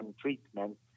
treatment